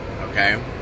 okay